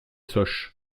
sosh